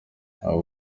abo